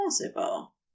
possible